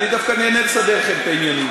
אני דווקא נהנה לסדר לכם את העניינים.